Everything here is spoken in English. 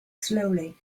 slowly